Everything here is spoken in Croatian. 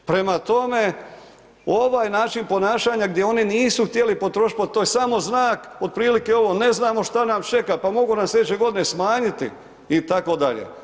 Prema tome, ovaj način ponašanja, gdje oni nisu htjeli potrošiti, pa to je samo znak, otprilike ovo ne znamo što nas čeka, pa mogu nas sljedeće godine smanjiti itd.